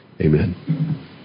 Amen